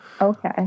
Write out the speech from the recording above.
okay